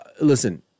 Listen